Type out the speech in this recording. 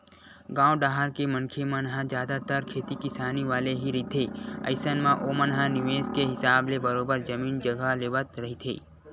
गाँव डाहर के मनखे मन ह जादतर खेती किसानी वाले ही रहिथे अइसन म ओमन ह निवेस के हिसाब ले बरोबर जमीन जघा लेवत रहिथे